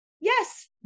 Yes